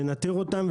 לנטר אותן,